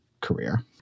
career